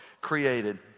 created